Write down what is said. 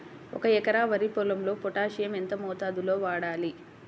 ఒక ఎకరా వరి పొలంలో పోటాషియం ఎంత మోతాదులో వాడాలి?